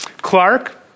Clark